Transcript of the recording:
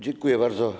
Dziękuję bardzo.